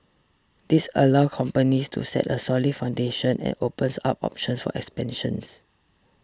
this allow companies to set a solid foundation and opens up options for expansions